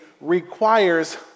requires